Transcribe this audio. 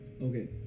Okay